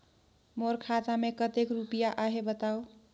मोर खाता मे कतेक रुपिया आहे बताव?